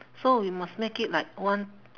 so we must make it like one